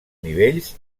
nivells